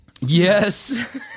Yes